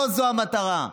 לא זו המטרה.